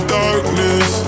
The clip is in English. darkness